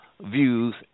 views